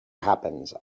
happens